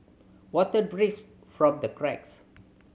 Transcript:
water drips from the cracks